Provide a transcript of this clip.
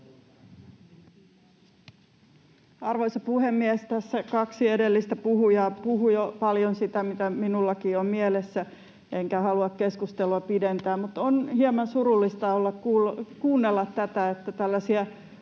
Arvoisa puhemies! Tässä kaksi edellistä puhujaa puhui jo paljon sitä, mitä minullakin on mielessä, enkä halua keskustelua pidentää, mutta on hieman surullista kuunnella, että tällaisia